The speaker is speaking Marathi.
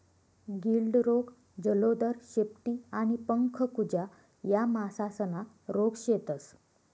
गिल्ड रोग, जलोदर, शेपटी आणि पंख कुजा या मासासना रोग शेतस